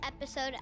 episode